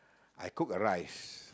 I cook a rice